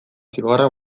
zigorrak